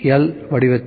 L வடிவத்தில்